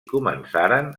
començaren